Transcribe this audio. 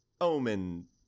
Omen